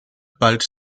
bald